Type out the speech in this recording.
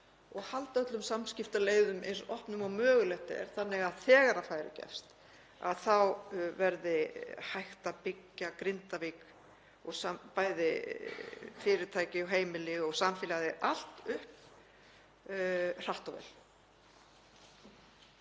halda öllum samskiptaleiðum eins opnum og mögulegt er þannig að þegar færi gefst þá verði hægt að byggja Grindavík, bæði fyrirtæki og heimili og samfélagið allt, upp hratt og vel.